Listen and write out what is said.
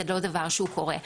זה לא דבר שקורה.